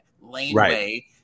laneway